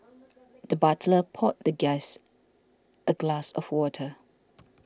the butler poured the guest a glass of water